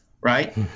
Right